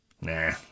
nah